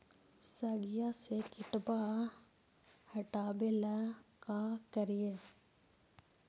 सगिया से किटवा हाटाबेला का कारिये?